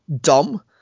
dumb